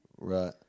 Right